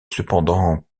cependant